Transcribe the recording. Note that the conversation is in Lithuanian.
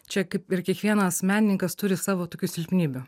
čia kaip ir kiekvienas menininkas turi savo tokių silpnybių